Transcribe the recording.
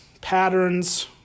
patterns